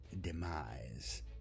demise